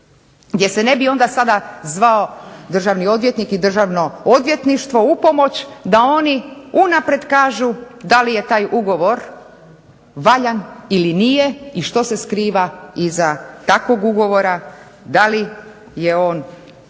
gdje se ne bi onda sada zvao državni odvjetnik i Državno odvjetništvo u pomoć da oni unaprijed kažu da li je taj ugovor valjan ili nije i što se skriva iza takvog ugovora, da li je on zaista